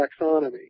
taxonomy